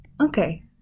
Okay